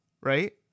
right